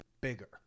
bigger